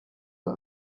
auf